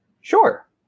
Sure